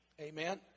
Amen